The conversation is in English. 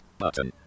button